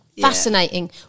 fascinating